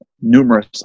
numerous